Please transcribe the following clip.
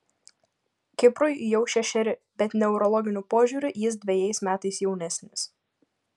kiprui jau šešeri bet neurologiniu požiūriu jis dvejais metais jaunesnis